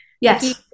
Yes